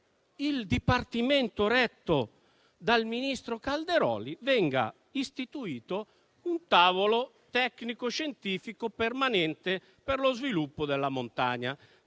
il Dipartimento retto dal ministro Calderoli, venga istituito un tavolo tecnico scientifico permanente per lo sviluppo della montagna;